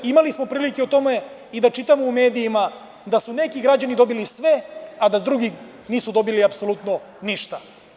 Imali smo prilike da čitamo u medijima da su neki građani dobili sve, a da drugi nisu dobili apsolutno ništa.